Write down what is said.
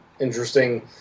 interesting